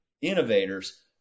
innovators